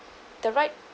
the right